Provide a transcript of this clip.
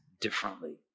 differently